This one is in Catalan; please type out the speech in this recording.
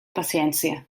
paciència